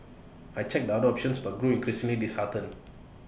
I checked other options but grew increasingly disheartened